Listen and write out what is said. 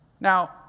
Now